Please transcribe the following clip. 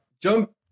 jump